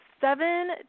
seven